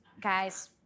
guys